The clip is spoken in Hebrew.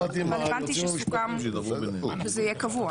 אבל הבנתי שסוכם שזה יהיה קבוע.